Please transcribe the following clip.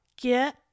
Get